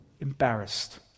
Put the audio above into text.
embarrassed